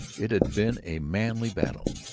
it had been a manly battle,